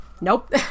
Nope